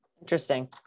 interesting